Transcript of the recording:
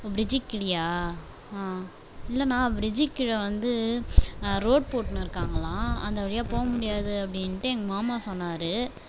ப்ரிட்ஜ்க்கு கீழேயா இல்லைண்ணா ப்ரிட்ஜிக்கு கீழே வந்து ரோடு போட்டுனு இருக்காங்களாம் அந்த வழியாக போக முடியாது அப்படின்ட்டு எங்கள் மாமா சொன்னார்